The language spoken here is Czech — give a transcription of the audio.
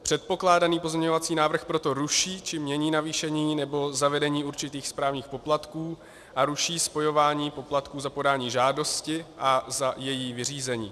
Předpokládaný pozměňovací návrh proto ruší či mění navýšení nebo zavedení správních poplatků a ruší spojování poplatků za podání žádosti a za její vyřízení.